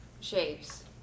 shapes